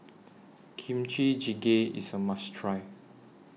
Kimchi Jjigae IS A must Try